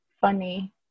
funny